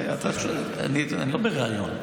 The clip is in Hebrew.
אני לא בריאיון.